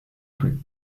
plus